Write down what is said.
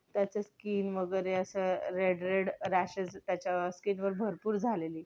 त्याच्या स्किन वगैरे असं रेड रेड रॅशेस त्याच्या स्किनवर भरपूर झालेले